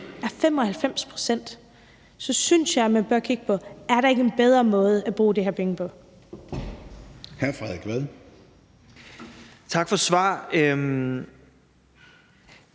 helst problemer, så synes jeg, man bør kigge på, om der ikke er en bedre måde at bruge de her penge på.